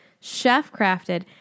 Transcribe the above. chef-crafted